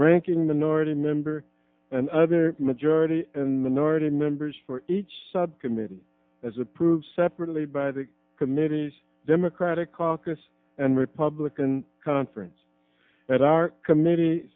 ranking minority member and other majority and minority members for each subcommittee as approved separately by the committee's democratic caucus and republican conference that our committee